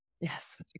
Yes